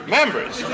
members